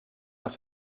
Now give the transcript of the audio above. las